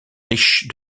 riche